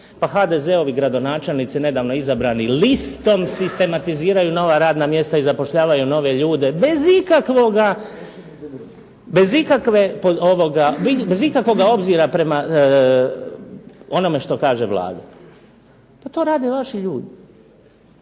HDZ-ovi gradonačelnici nedavno izabrani listom sistematiziraju nova radna mjesta i zapošljavaju nove ljude bez ikakvoga obzira prema onome što kaže Vlada. To rade vaši ljudi.